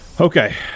okay